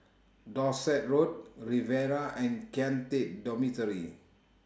Dorset Road Riviera and Kian Teck Dormitory